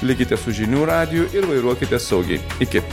likite su žinių radiju ir vairuokite saugiai iki